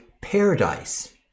paradise